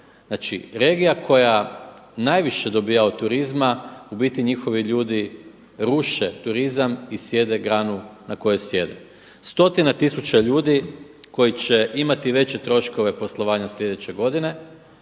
Znači regija koja najviše dobiva od turizma u biti njihovi ljudi ruše turizam i sijeku granu na koji sjede. Stotine tisuća ljudi koji će imati veće troškove poslovanja slijedeće godine,